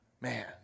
man